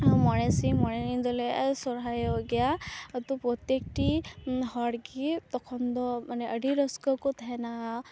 ᱢᱚᱬᱮ ᱥᱤᱧ ᱢᱚᱬᱮ ᱧᱤᱫᱟᱹ ᱞᱮ ᱥᱚᱨᱦᱟᱭᱚᱜ ᱜᱤᱭᱟ ᱟᱛᱳ ᱯᱨᱚᱛᱮᱠᱴᱤ ᱦᱚᱲ ᱜᱤ ᱛᱚᱠᱷᱚᱱ ᱫᱚ ᱢᱟᱱᱮ ᱟᱹᱰᱤ ᱨᱟᱹᱥᱠᱟᱹ ᱠᱚ ᱛᱟᱦᱮᱱᱟ